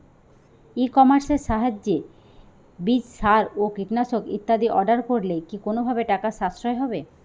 ই কমার্সের সাহায্যে বীজ সার ও কীটনাশক ইত্যাদি অর্ডার করলে কি কোনোভাবে টাকার সাশ্রয় হবে?